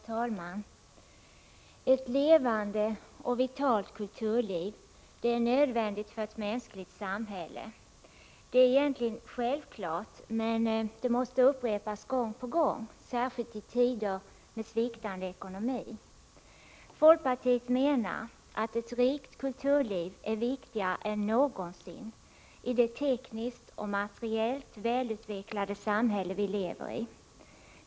Herr talman! Ett levande och vitalt kulturliv är nödvändigt för ett mänskligt samhälle. Det är egentligen självklart, men det måste upprepas gång på gång, särskilt i tider med sviktande ekonomi. Folkpartiet menar att ett rikt kulturliv är viktigare än någonsin i det tekniskt och materiellt välutvecklade samhälle vi lever i.